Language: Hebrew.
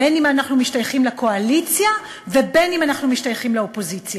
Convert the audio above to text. בין אם אנחנו משתייכים לקואליציה ובין אם אנחנו משתייכים לאופוזיציה.